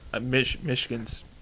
Michigan's